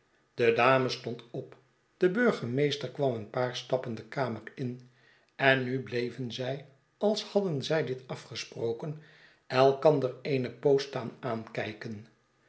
de dame stond op de burgemeester kwam een paar stappen de kamer in en nu bleven zij als hadden zij dit afgesproken elkander eene poos staan aankijken